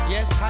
Yes